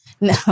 No